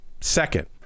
Second